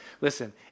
Listen